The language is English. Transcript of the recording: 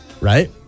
Right